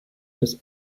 des